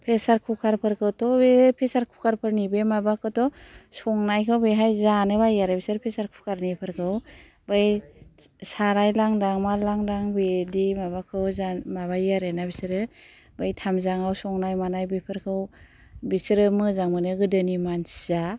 pressure cooker फोरखौथ' बे pressure cooker फोरनि बे माबाखौथ' संनायखौ बेहाय जानो बायो आरो बिसोर प्रेसार कुकार निफोरखौ बै साराय लांदां मा लांदां बेदि माबाखौ जा माबायो आरोना बिसोरो बै थामजाङाव संनाय मानाय बेफोरखौ बिसोरो मोजां मोनो गोदोनि मानसिया